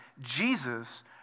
Jesus